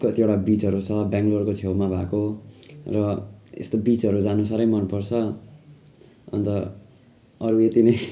कतिवटा बिचहरू छ ब्याङ्लोरमा भएको र यस्तो बिचहरू जानु साह्रै मन पर्छ अन्त अरू यति नै